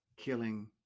killing